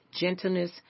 gentleness